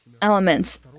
elements